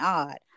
odd